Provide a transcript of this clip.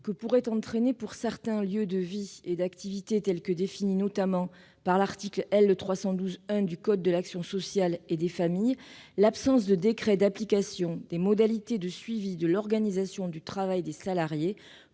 que pourrait entraîner pour certains lieux de vie et d'activités, définis notamment par l'article L. 312-1 du code de l'action sociale et des familles, l'absence de décret d'application des modalités de suivi de l'organisation du travail des salariés,